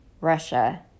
Russia